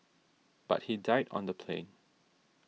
but he died on the plane